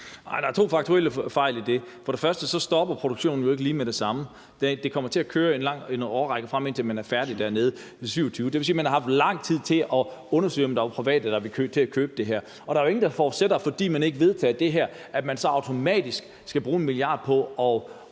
Der er to faktuelle fejl i det. For det første stopper produktionen jo ikke lige med det samme. Det kommer til at køre i en årrække fremover, indtil man er færdig dernede i 2027. Det vil sige, at man har haft lang tid til at undersøge, om der er private, der vil købe det her. Og der er jo ingen, der forudsætter, at fordi man ikke vedtager det her, så skal man automatisk bruge 1 mia. kr. på bare